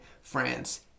france